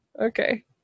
Okay